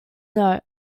note